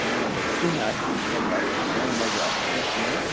نَو بَجے کِہیٖنۍ آسہِ نہٕ اِنشاء اللہ آسہِ نہٕ نَو بَجے آسہِ نہٕ تیُتھ جام